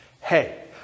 Hey